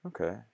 Okay